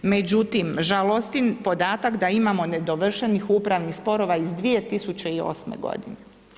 Međutim, žalostan je podatak da imamo nedovršenih upravnih sporova iz 2008. godine.